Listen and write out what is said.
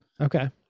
Okay